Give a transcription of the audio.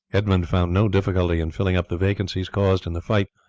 edmund found no difficulty in filling up the vacancies caused in the fight,